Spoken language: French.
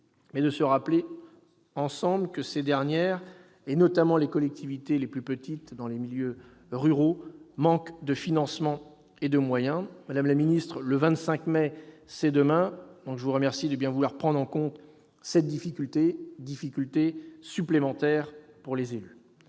mais de se rappeler ensemble que ces dernières, notamment les collectivités les plus modestes en milieu rural, manquent de financements et de moyens. Madame la garde des sceaux, le 25 mai, c'est demain : je vous remercie de bien vouloir prendre en compte cette difficulté supplémentaire pour les élus.